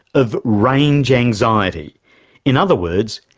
of range anxiety in other words,